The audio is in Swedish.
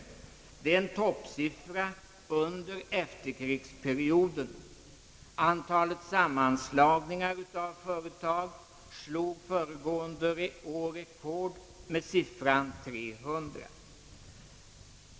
220 nedläggningar är en toppsiffra under efterkrigsperioden. Antalet sammanslagningar uppnådde föregående år rekordsiffran 300.